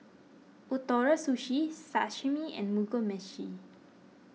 Ootoro Sushi Sashimi and Mugi Meshi